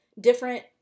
different